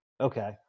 Okay